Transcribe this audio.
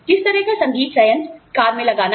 किस तरह का संगीत सयंत्र कार में लगाना है